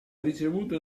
ricevuto